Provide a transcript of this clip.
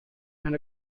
and